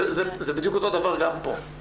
זה בדיוק אותו דבר גם פה.